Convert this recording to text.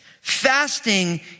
Fasting